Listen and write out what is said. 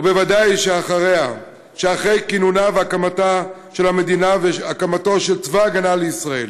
וודאי שאחרי כינונה והקמתה של המדינה והקמתו של צבא ההגנה לישראל,